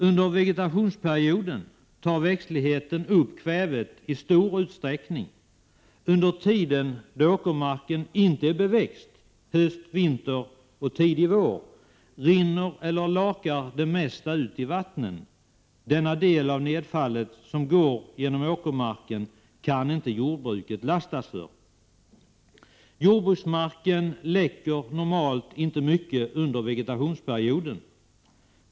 Under vegetationsperioden tar växtligheten upp kvävet i stor utsträckning. Under tiden då åkermarken inte är beväxt, höst, vinter och tidig vår, rinner eller lakar det mesta ut i vattnen. Denna del av nedfallet som går genom åkermarken kan inte jordbruket lastas för. Jordbruksmarken läcker normalt inte mycket under vegetationsperioden.